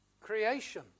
Creation